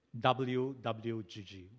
WWGG